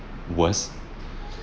worse